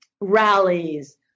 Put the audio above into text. rallies